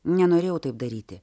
nenorėjau taip daryti